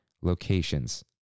Locations